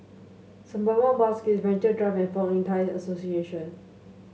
Sembawang Wharves Gate Venture Drive and Fong Yun Thai Association